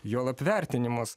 juolab vertinimus